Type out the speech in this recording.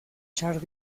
charles